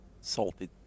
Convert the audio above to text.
salted